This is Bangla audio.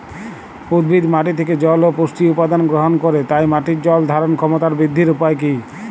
উদ্ভিদ মাটি থেকে জল ও পুষ্টি উপাদান গ্রহণ করে তাই মাটির জল ধারণ ক্ষমতার বৃদ্ধির উপায় কী?